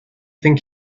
think